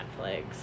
Netflix